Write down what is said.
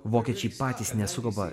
vokiečiai patys nesugaba